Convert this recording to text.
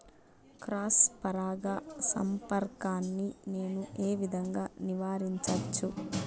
Cross పరాగ సంపర్కాన్ని నేను ఏ విధంగా నివారించచ్చు?